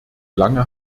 lange